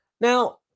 Now